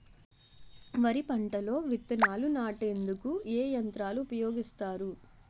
వరి పంటలో విత్తనాలు నాటేందుకు ఏ యంత్రాలు ఉపయోగిస్తారు?